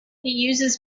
uses